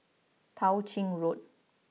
Tao Ching Road